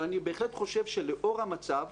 אבל אני בהחלט חושב שלאור המצב,